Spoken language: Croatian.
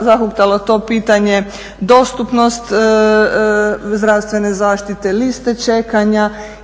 zahuktalo to pitanje dostupnost zdravstvene zaštite, liste čekanja